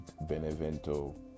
Benevento